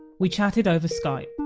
we chatted over skype